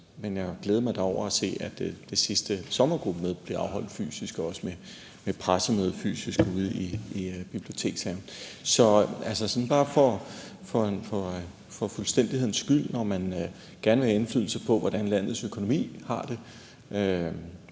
men jeg glæder mig da over at se, at det sidste sommergruppemøde blev afholdt fysisk og også med pressemøde fysisk ude i biblioteksverdenen. Så bare for fuldstændighedens skyld, når man gerne vil have indflydelse på, hvordan landets økonomi har det,